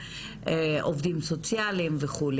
עובדים סוציאליים וכו',